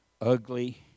ugly